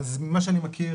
ממה שאני מכיר